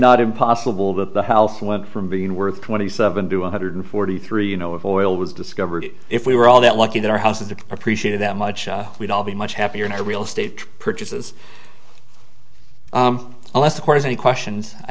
not impossible that the health went from being worth twenty seven to one hundred forty three you know of oil was discovered if we were all that lucky that our houses to appreciate that much we'd all be much happier in our real estate purchases unless of course any questions i